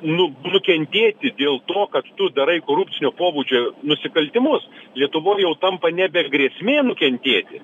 nu nukentėti dėl to kad tu darai korupcinio pobūdžio nusikaltimus lietuvoj jau tampa nebe grėsmė nukentėti